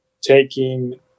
taking